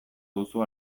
duzu